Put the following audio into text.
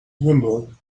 wimble